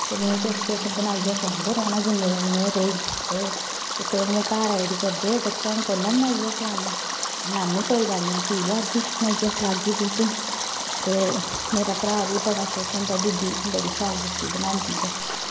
ते में किश किश बनाइयै खलांदे रौह्ना जिन्ने दिन में रेही ते इक दिन में घर आई उठी करदे बच्चा हून कु'नै बनाइयै खलानी महां नानी कोई गल्ल निं में फ्ही आह्गी बनाइयै खलागी तुसें गी ते मेरा भ्राऽ बी बड़ा खुश होंदा दीदी बड़ी शैल रुट्टी बनांदी ऐ